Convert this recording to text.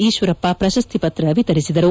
ಈಶ್ವರಪ್ಪ ಪ್ರಶಸ್ತಿ ಪತ್ರ ವಿತರಿಸಿದರು